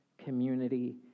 community